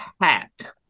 hat